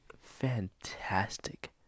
fantastic